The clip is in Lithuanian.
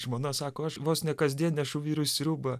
žmona sako aš vos ne kasdien nešu vyrui sriubą